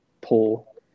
pull